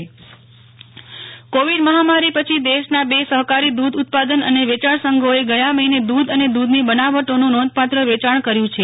Nehal Thakkar dairy ઉધોગ Covid મહામારી પછી દેશના બ સહકારી દૂધ ઉત્પાદન અને વેંચાણ સંઘોએ ગયા મહિન દૂધ અને દૂધની બનાવટોનું નોંધપાત્ર વેંચાણ કર્યું છે